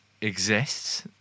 exists